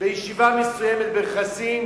בישיבה מסוימת ברכסים,